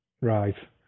Right